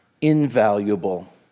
invaluable